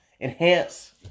enhance